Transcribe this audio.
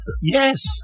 Yes